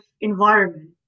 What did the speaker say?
environment